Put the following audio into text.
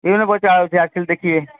ଏଇନା ବସ ଆଉ ସେ ଆସିଲେ ଦେଖେଇବେ